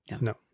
No